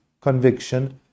conviction